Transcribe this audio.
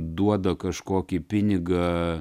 duoda kažkokį pinigą